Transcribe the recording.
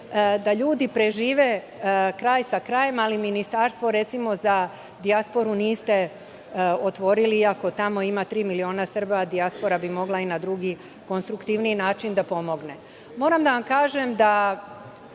da ljudi prežive kraj sa krajem. Ministarstvo, recimo, za dijasporu niste otvorili. Iako tamo ima tri miliona Srba, dijaspora bi mogla i na drugi konstruktivniji način da pomogne. Moram da vam kažem da